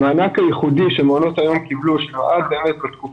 המענק הייחודי שמעונות היום קיבלו -- -התקופה